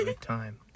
time